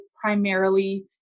primarily